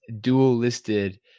dual-listed